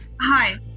Hi